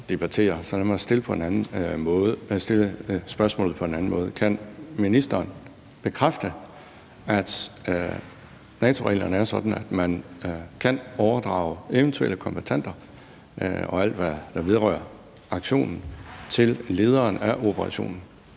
så lad mig stille spørgsmålet på en anden måde: Kan ministeren bekræfte, at NATO-reglerne er sådan, at man kan overdrage eventuelle kombattanter og alt, hvad der vedrører aktionen, til lederen af operationen?